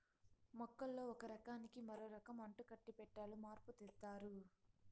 మొక్కల్లో ఒక రకానికి మరో రకం అంటుకట్టి పెట్టాలో మార్పు తెత్తారు